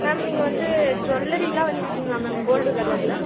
ma'am நீங்கள் வந்து ஜூல்லரிலாம் வெச்சுருக்கீங்களா மேம் கோல்டு கலரில்